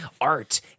art